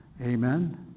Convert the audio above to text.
Amen